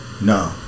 no